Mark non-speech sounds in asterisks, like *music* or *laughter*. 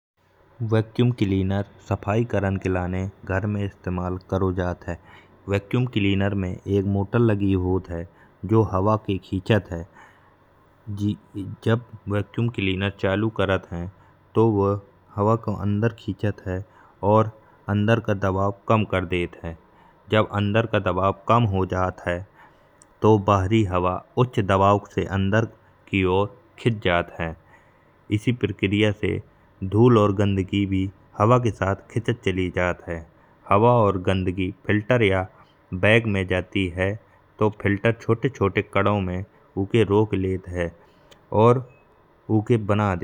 Vacuum cleaner सफाई करण के लाने घरन में इस्तेमाल करो जात है। वैक्क्यूम क्लीनर में एक मोटर लगी होत है जो हवा के खीचत है। *hesitation* जब हम वैक्क्यूम क्लीनर चालू करत है तो वह हवा के अंदर खीचत है। अंदर का दबाव कम कर देत है, जब अंदर का दबाव कम हो जात है तो बाहरी हवा उच्च दबाव से अंदर की ओर खीच जात है। इसी प्रक्रिया से धूल और गंदगी भी हवा के साथ खीचत चली जात है। हवा या गंदगी फिल्टर या बैग में जात है। तो फिल्टर उके छोटे छोटे काँदो में उके रोक लेत है और बना देत है।